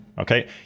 Okay